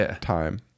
time